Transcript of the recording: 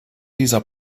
dieser